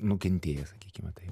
nukentėjęs sakykime taip